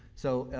so,